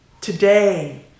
Today